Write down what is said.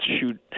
shoot